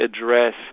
address